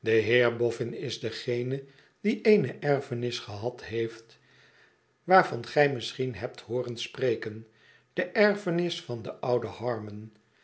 boffin is degene die eene erfenis gehad heeft waarvan gij misschien hebt hooren spreken de erfenis van den ouden harmon